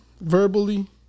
verbally